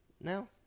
No